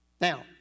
Now